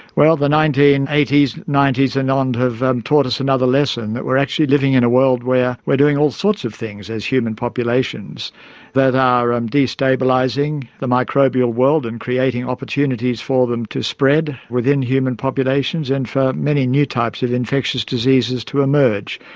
well, the nineteen eighty and on have taught us another lesson, that we're actually living in a world where we're doing all sorts of things as human populations that are um destabilising the microbial world and creating opportunities for them to spread within human populations, and for many new types of infectious diseases to emerge.